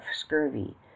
scurvy